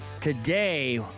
today